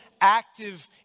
active